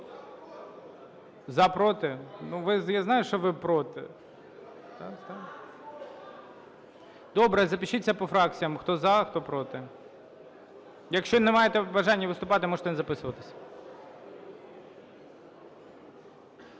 За, проти? Я знаю, що ви проти. Добре, запишіться по фракціях: хто – за, хто – проти. Якщо не маєте бажання виступати, можете не записуватись.